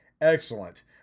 Excellent